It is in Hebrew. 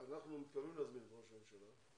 אנחנו מתכוונים להזמין את ראש הממשלה,